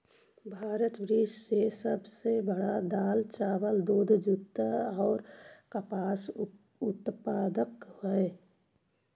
भारत विश्व के सब से बड़ा दाल, चावल, दूध, जुट और कपास उत्पादक हई